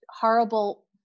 horrible